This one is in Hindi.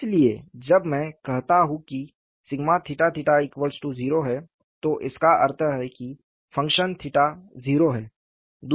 इसलिए जब मैं कहता हूँ कि 0 है तो इसका अर्थ है कि फंक्शन 𝜽 0 है